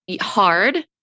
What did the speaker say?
hard